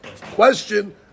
question